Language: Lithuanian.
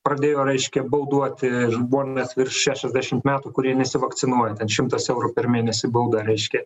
pradėjo reiškia bauduoti žmones virš šešiasdešimt metų kurie nesivakcinuoja ten šimtas eurų per mėnesį bauda reiškia